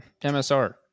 msr